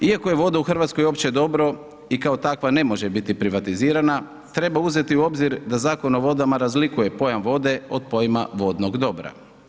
Iako je voda u Hrvatskoj opće dobro i kao takva ne može biti privatizirana treba uzeti u obzir da Zakon o vodama razlikuje pojam vode od pojma vodnog dobra.